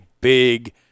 big